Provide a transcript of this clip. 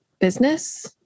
business